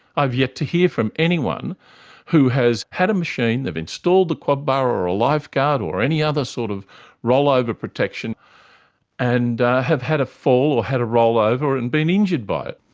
i've yet to hear from anyone who has had a machine, they've installed the quad bar or or a life guard or any other sort of rollover protection and have had a fall or had a rollover and been injured by it.